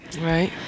Right